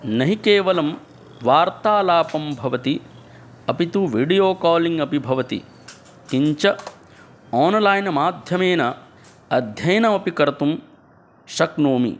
नहि केवलं वार्तालापः भवति अपि तु विडियो कालिङ्ग् अपि भवति किञ्च आन्लैन् माध्यमेन अध्ययनमपि कर्तुं शक्नोमि